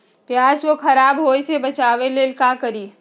प्याज को खराब होय से बचाव ला का करी?